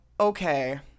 okay